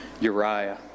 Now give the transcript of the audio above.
Uriah